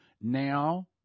Now